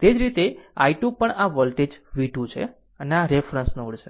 તે જ રીતે આ i2 પણ આ વોલ્ટેજ v2 છે આમ રેફરન્સ નોડ છે